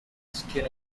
skin